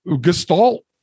gestalt